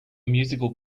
musical